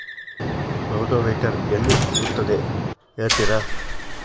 Rotavator ಎಲ್ಲಿ ಸಿಗುತ್ತದೆ ಹೇಳ್ತೇರಾ?